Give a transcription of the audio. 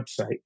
website